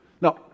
Now